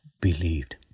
believed